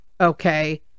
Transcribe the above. okay